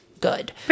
good